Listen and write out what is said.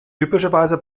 typischerweise